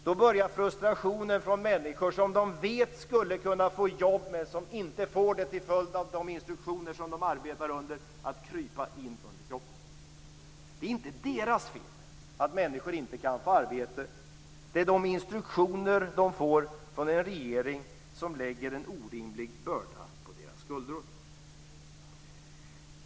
Då börjar frustrationen från människor som de vet skulle kunna få jobb men som inte får det till följd av de instruktioner som de arbetar under att krypa in på kroppen. Det är inte deras fel att människor inte kan få arbete utan det beror på de instruktioner som de får från en regering som lägger en orimlig börda på deras skuldror.